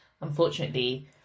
unfortunately